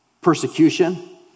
Persecution